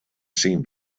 seemed